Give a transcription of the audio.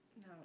No